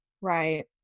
Right